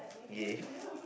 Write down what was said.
ya